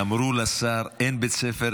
אמרו לשר: אין בית ספר,